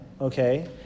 okay